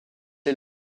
est